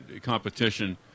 competition